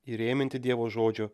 įrėminti dievo žodžio